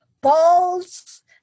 balls